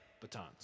batons